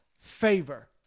favor